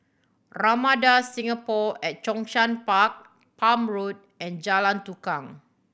Ramada Singapore at Zhongshan Park Palm Road and Jalan Tukang